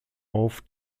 auf